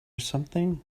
something